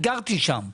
אני גרתי שם.